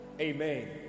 Amen